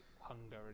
hunger